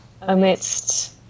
amidst